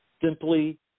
simply